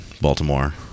Baltimore